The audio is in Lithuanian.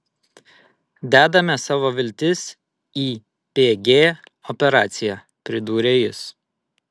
dedame savo viltis į pg operaciją pridūrė jis